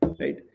right